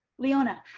leona.